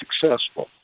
successful